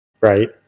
right